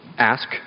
Ask